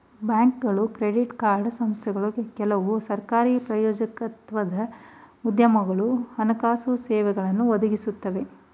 ಬ್ಯಾಂಕ್ಗಳು credit card ಸಂಸ್ಥೆಗಳು ಕೆಲವು ಸರಕಾರಿ ಪ್ರಾಯೋಜಕತ್ವದ ಉದ್ಯಮಗಳು ಹಣಕಾಸು ಸೇವೆಗಳನ್ನು ಒದಗಿಸುತ್ತೆ